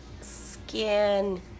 skin